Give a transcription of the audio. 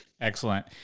Excellent